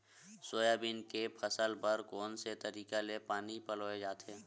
Soybean के फसल बर कोन से तरीका ले पानी पलोय जाथे?